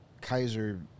Kaiser